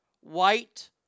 white